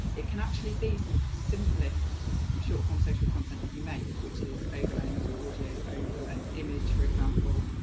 it can actually be some of the simplest short form social content that you make, which is overlaying some audio over an image, for example,